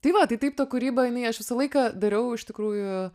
tai va tai taip ta kūryba jinai aš visą laiką dariau iš tikrųjų